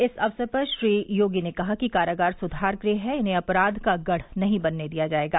इस अवसर पर श्री योगी ने कहा कि कारागार सुधार गृह है इन्हे अपराध का गढ़ नहीं बनने दिया जायेगा